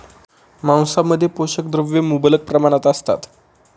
मांसामध्ये पोषक द्रव्ये मुबलक प्रमाणात असतात